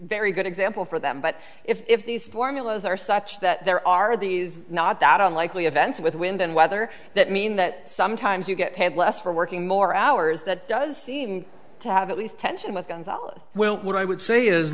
very good example for them but if these formulas are such that there are these not that unlikely events with wind and weather that mean that sometimes you get paid less for working more hours that does seem to have at least tension about well what i would say is